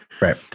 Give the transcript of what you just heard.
Right